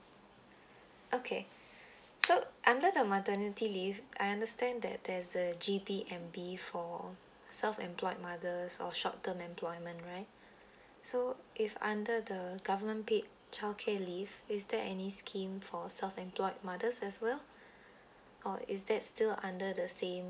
okay so under the maternity leave I understand that there's the G_P_M_B for self employed mothers or short term employment right so if under the government paid childcare leave is there any scheme for self employed mothers as well or is that still under the same